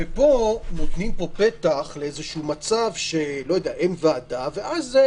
פה נותנים פתח למצב שאין ועדה ואז זה